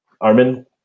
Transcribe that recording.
Armin